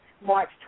March